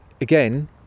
again